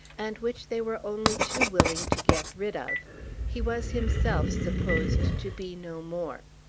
and which they were only too willing to get rid of he was himself supposed to be no more.